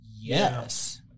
Yes